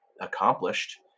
accomplished